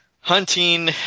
hunting